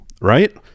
Right